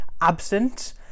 absent